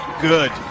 good